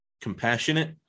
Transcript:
compassionate